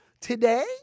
Today